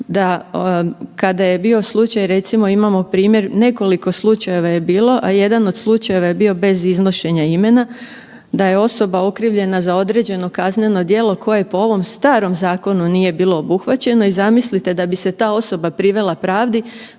da kada je bio slučaj, recimo imamo primjer nekoliko slučajeva je bilo, a jedan od slučajeva je bio bez iznošenja imena da je osoba okrivljena za određeno kazneno djelo koje po ovom starom zakonu nije bilo obuhvaćeno i zamislite da bi se ta osoba privela pravdi